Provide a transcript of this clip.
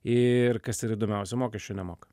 ir kas yra įdomiausia mokesčių nemoka